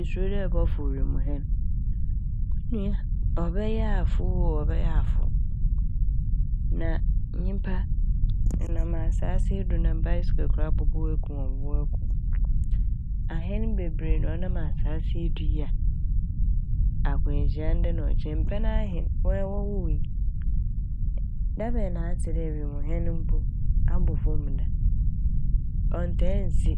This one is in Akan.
Isuro dɛ ɛbɔfow wimuhɛn, mu nua ɔbɛyɛ a fow oo! Ɔbɛyɛ a fow. Na nyimpa yɛnam asaase yi do na "bicycle" koraa ɔbɔbɔ wo eku a ɔbɔbɔ wo eku wo. Ahɛn bebree na ɔnam asaase yi do yi a akwanhyia ndɛ na ɔkyena yi. Mpɛn ahe - woara wɔwo yi dabɛn na atse dɛ wimuhɛn mpo abɔ famu da. Ɔnnta nnsi